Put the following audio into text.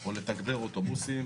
או לתגבר אוטובוסים.